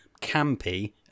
campy